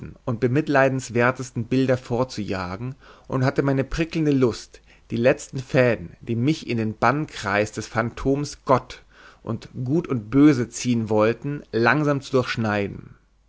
und bemitleidenswertesten bilder vorzujagen und hatte meine prickelnde lust die letzten fäden die mich in den bannkreis des phantoms gott und gut und böse ziehen wollten langsam zu durchschneiden